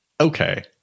okay